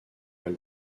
val